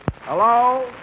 Hello